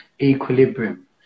equilibrium